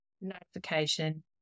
notification